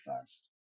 first